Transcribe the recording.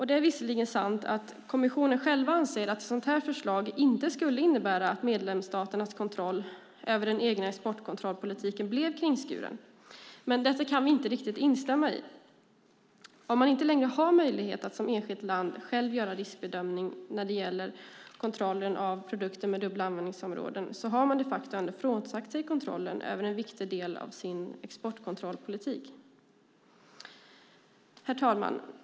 Det är visserligen sant att kommissionen själv anser att ett sådant förslag inte skulle innebära att medlemsstaternas kontroll över den egna exportkontrollpolitiken blir kringskuren. Men detta kan vi inte riktigt instämma i. Om man inte längre har möjlighet att som enskilt land själv göra riskbedömningen när det gäller kontrollen av produkter med dubbla användningsområden har man de facto frånsagt sig kontrollen över en viktig del av sin exportkontrollpolitik. Herr talman!